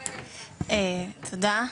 תודה.